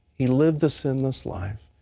he lived a sinless life.